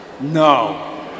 No